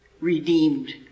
redeemed